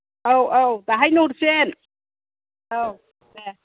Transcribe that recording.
औ औ दाहायनो हरफिन औ दे